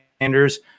Sanders